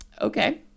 okay